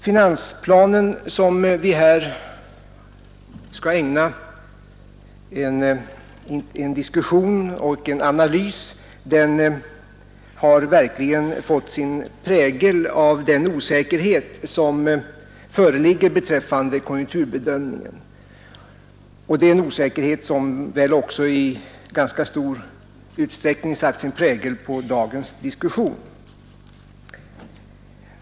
Finansplanen som vi här skall ägna en diskussion och analys har verkligen fått sin prägel av den osäkerhet som föreligger beträffande konjunkturbedömningen, och det är en osäkerhet som i ganska stor utsträckning satt sin prägel på dagens diskussion.